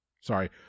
Sorry